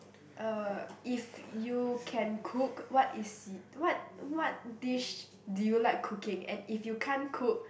uh if you can cook what is si~ what what dish do you like cooking and if you can't cook